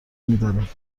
میدانیم